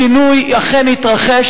השינוי אכן התרחש,